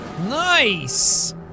Nice